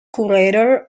curator